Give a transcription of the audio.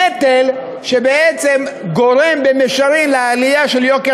נטל שבעצם גורם במישרין לעלייה של יוקר